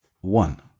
one